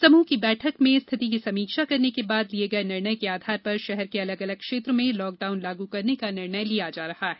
समूह की बैठक में स्थिति की समीक्षा करने के बाद लिए गए निर्णय के आधार पर शहर के अलग अलग क्षेत्र में लॉकडाउन लागू करने का निर्णय लिया जा रहा है